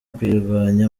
kuyirwanya